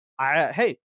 hey